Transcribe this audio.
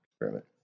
experiment